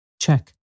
Check